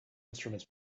instruments